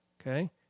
Okay